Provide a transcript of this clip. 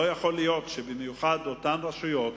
לא יכול להיות שבמיוחד אותן רשויות,